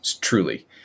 truly